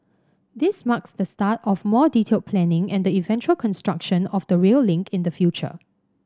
this marks the start of more detailed planning and the eventual construction of the rail link in the future